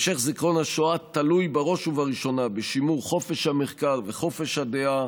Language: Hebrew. המשך זיכרון השואה תלוי בראש ובראשונה בשימור חופש המחקר וחופש הדעה.